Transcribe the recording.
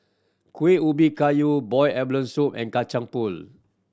Kuih Ubi Kayu boiled abalone soup and Kacang Pool